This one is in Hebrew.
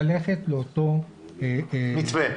ללכת לאותו מתווה.